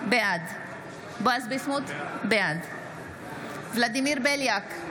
בעד בועז ביסמוט, בעד ולדימיר בליאק,